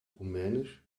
rumänisch